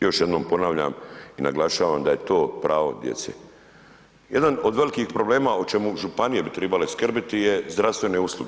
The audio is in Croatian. Još jednom ponavljam i naglašavam da je to pravo djece. jedan od velikih problema, o čemu županije bi trebale skrbiti je zdravstvene usluge.